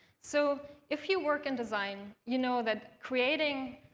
so if you work in design, you know that creating